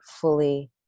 fully